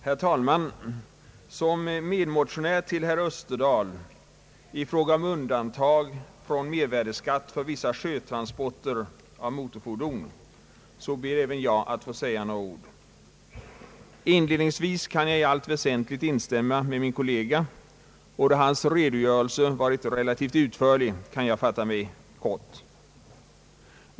Herr talman! Som medmotionär till herr Österdahl i frågan om undantag från mervärdeskatt för vissa sjötransporter av nyttofordon ber även jag att få säga några ord. Inledningsvis kan jag i allt väsentligt instämma med min kollega, och då hans redogörelse varit relativt utförlig kan jag fatta mig kort.